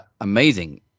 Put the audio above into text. Amazing